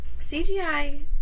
CGI